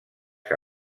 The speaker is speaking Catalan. que